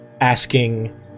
asking